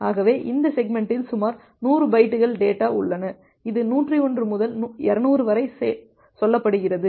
ஆகவே இந்த செக்மெண்ட்டில் சுமார் 100 பைட்டுகள் டேட்டா உள்ளன இது 101 முதல் 200 வரை சொல்லப்படுகிறது